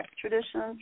traditions